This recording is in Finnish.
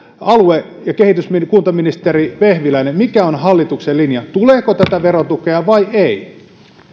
alue ja kuntaministeri vehviläinen mikä on hallituksen linja tuleeko tätä verotukea vai ei